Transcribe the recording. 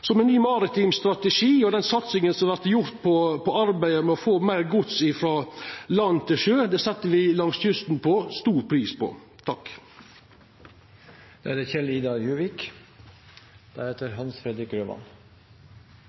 ein ny maritim strategi, og den satsinga som vert gjort på arbeidet med å få meir gods frå land til sjø, det set me som bur langs kysten, stor pris på. Jeg registrerer at både Høyres og Fremskrittspartiets representanter er